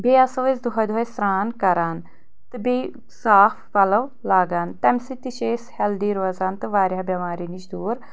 بیٚیہِ آسو أسۍ دۄہٲے دۄہٲے سرٛان کران تہٕ بیٚیہِ صاف پلو لاگان تمہِ سۭتۍ تہِ چھِ أسۍ ہٮ۪لدی روزان تہٕ واریاہ بٮ۪مارٮ۪و نِش دوٗر